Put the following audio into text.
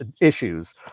issues